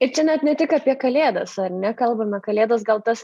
ir čia net ne tik apie kalėdas ar ne kalbame kalėdos gal tas